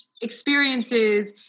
experiences